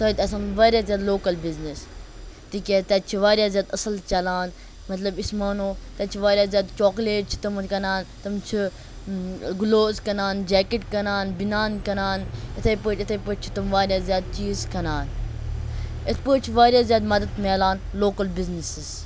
تَتہِ آسان واریاہ زیادٕ لوکَل بِزنِس تِکیاہ تَتہِ چھُ واریاہ زیادٕ اَصل چَلان مَطلَب أسۍ مانو تَتہِ چھُ واریاہ زیادٕ چاکلیٹ چھِ تِم کٕنان تِم چھِ گلوز کٕنان جیٚکٹ کٕنان بِنان کٕنان اِتھے پٲٹھۍ اِتھے پٲٹھۍ چھِ تِم واریاہ زیادٕ چیٖز کٕنان اِتھ پٲٹھۍ چھُ واریاہ زیادٕ مَدَد میلان لوکَل بِزنِسس